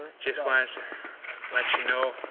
just wanted to let you know.